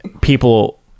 people